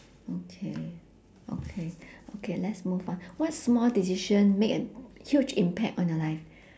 okay okay okay let's move on what small decision made a huge impact on your life